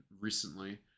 recently